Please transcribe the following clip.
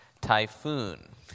typhoon